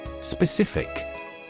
Specific